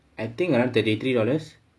I think around thirty three dollars